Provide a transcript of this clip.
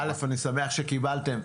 א', אני שמח שקיבלתם.